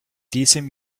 diesem